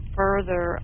further